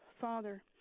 Father